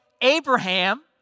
Abraham